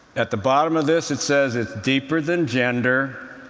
at the bottom of this, it says, it's deeper than gender.